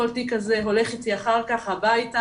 כל תיק כזה הולך איתי אחר כך הביתה,